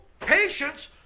Patience